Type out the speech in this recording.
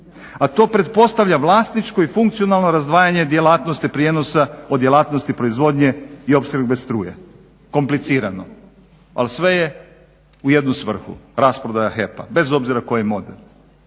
A to pretpostavlja vlasničko i funkcionalno razdvajanje djelatnosti prijenosa od djelatnosti proizvodnje i opskrbe struje. Komplicirano, ali sve je u jednu svrhu – rasprodaja HEP-a bez obzira koji model.